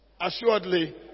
Assuredly